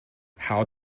how